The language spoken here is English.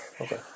Okay